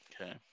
Okay